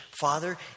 Father